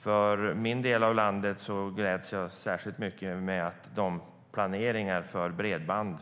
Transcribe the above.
För min del av landet gläds jag särskilt åt att de planer för bredband